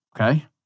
Okay